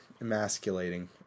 emasculating